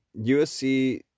USC